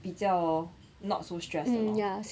比较 not so stressed 的 lor